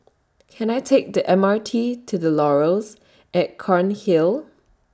Can I Take The M R T to The Laurels At Cairnhill